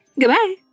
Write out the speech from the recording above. Goodbye